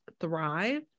thrive